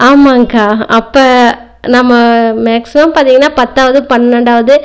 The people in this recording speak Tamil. ஆமாங்க்கா அப்போ நம்ம மேக்ஸிமம் பார்த்திங்கனா பத்தாவது பன்னெண்டாவது